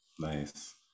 Nice